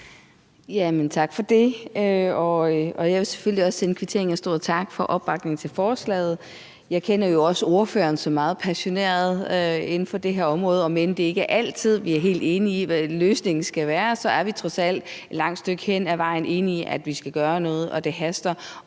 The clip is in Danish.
kvittere og sende en stor tak for opbakningen til forslaget. Jeg kender jo også ordføreren som meget passioneret inden for det her område. Om end det ikke er altid, at vi er helt enige i, hvad løsningen skal være, så er vi trods alt et langt stykke hen ad vejen enige om, at vi skal gøre noget, og at det haster